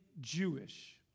Jewish